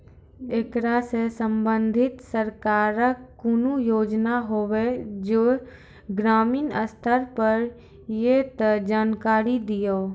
ऐकरा सऽ संबंधित सरकारक कूनू योजना होवे जे ग्रामीण स्तर पर ये तऽ जानकारी दियो?